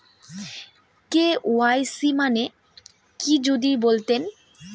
KYC মানে কি যদি বলতেন?